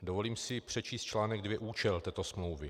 Dovolím si přečíst článek 2, účel této smlouvy.